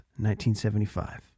1975